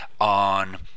on